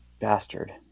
Bastard